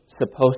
supposed